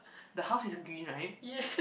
the house is green right